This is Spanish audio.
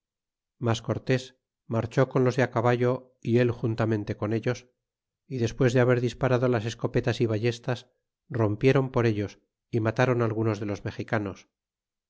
mas cortés marchó con los de caballo y él juntamente con ellos y despues de haber disparado las escopetas y vallestas rompieron por ellos y mataron algunos de los mexicanos